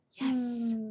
Yes